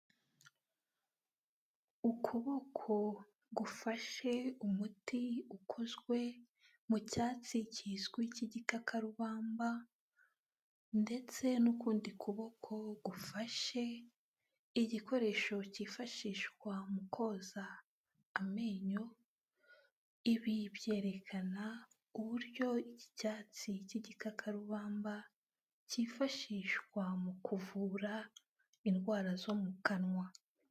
Ukuboko gufashe umuti ukozwe mu cyatsi kizwi cy'igikakarubamba ndetse n'ukundi kuboko gufashe igikoresho cyifashishwa mu koza amenyo, ibi byerekana uburyo iki cyatsi cy'igikakarubamba cyifashishwa mu kuvura indwara zo mu kanwa.